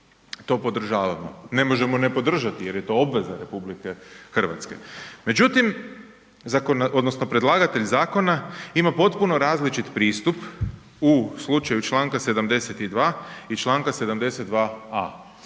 to podržavamo, ne možemo ne podržati jer je to obveza RH. Međutim zakonodavac odnosno predlagatelj zakona ima potpuno različit pristup u slučaju čl. 72. i čl. 72